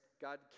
God